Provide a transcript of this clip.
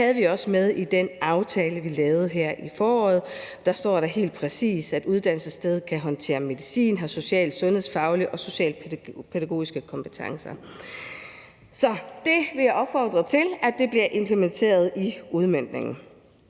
Det havde vi også med i den aftale, vi lavede her i foråret. Der står der helt præcist, at uddannelsesstedet kan håndtere medicin og har social- og sundhedsfaglige og socialpædagogiske kompetencer. Så jeg vil opfordre til, at det bliver implementeret i udmøntningen.